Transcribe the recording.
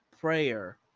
prayer